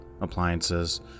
appliances